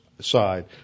side